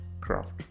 craft